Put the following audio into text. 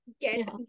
get